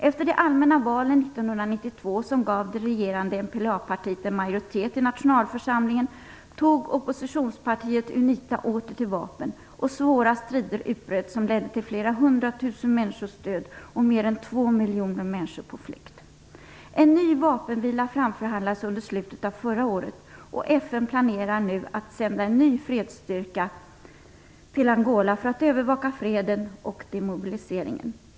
Efter de allmänna valen 1992, som gav det regerande MPLA partiet en majoritet i nationalförsamlingen, tog oppositionspartiet UNITA åter till vapen och svåra strider utbröt som ledde till flera hundratusen människors död och mer än två miljoner människor på flykt. En ny vapenvila framförhandlades under slutet av förra året, och FN planerar nu att sända en ny fredsstyrka till Angola för att övervaka freden och demobiliseringen.